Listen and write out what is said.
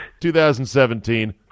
2017